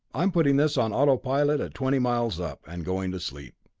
i'm putting this on autopilot at twenty miles up, and going to sleep.